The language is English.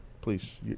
Please